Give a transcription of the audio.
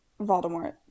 Voldemort